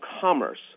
commerce